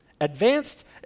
advanced